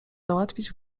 załatwić